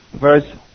verse